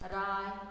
राय